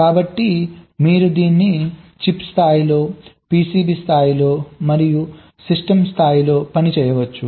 కాబట్టి మీరు దీన్ని చిప్ స్థాయిలో పిసిబి స్థాయిలో మరియు సిస్టమ్ స్థాయిలో పని చేయవచ్చు